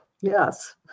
Yes